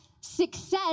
success